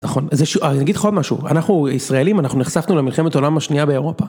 אנחנו ישראלים אנחנו נחשפנו למלחמת העולם השנייה באירופה.